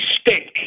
stink